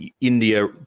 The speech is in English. India